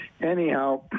Anyhow